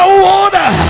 water